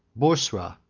boursa,